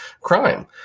crime